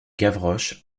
gavroche